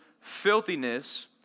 filthiness